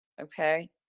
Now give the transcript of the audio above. okay